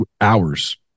Hours